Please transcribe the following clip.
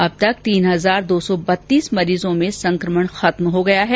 अब तक तीन हजार दो सौ बत्तीस मरीजों में सकमण खत्म हो गया है